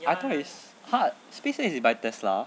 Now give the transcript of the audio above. I thought it's !huh! SpaceX is by tesla